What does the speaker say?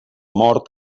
mort